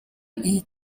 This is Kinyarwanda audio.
iyi